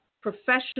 professional